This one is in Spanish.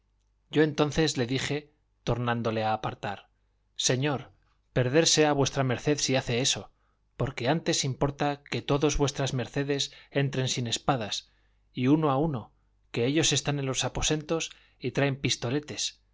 yo entonces le dije tornándole a apartar señor perderse ha v md si hace eso porque antes importa que todos v mds entren sin espadas y uno a uno que ellos están en los aposentos y traen pistoletes